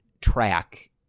track